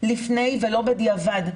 לפני ולא בדיעבד.